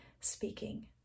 speaking